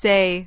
Say